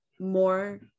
more